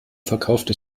verkaufte